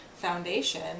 foundation